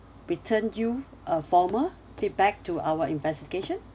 return you a formal feedback to our investigation